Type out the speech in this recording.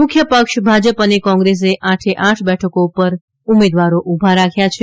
મુખ્ય પક્ષ ભાજપ અને કોંગ્રેસે આઠે આઠ બેઠકો પર ઉમેદવાર ઉભા રાખ્યા છે